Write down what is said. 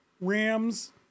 Rams